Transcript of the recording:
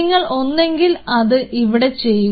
നിങ്ങൾ ഒന്നെങ്കിൽ അത് ഇവിടെ ചെയ്യുക